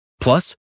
Plus